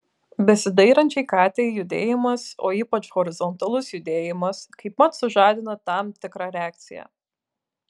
besidairančiai katei judėjimas o ypač horizontalus judėjimas kaipmat sužadina tam tikrą reakciją